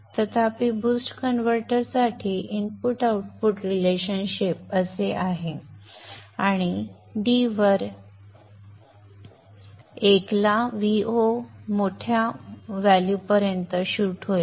तथापि बूस्ट कन्व्हर्टरसाठी input output संबंध असे आहे आणि d वर 1 ला Vo मोठ्या मूल्यापर्यंत शूट होईल